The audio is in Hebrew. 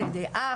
על ידי אח,